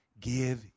give